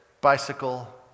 bicycle